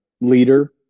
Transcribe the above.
leader